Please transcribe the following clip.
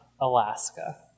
Alaska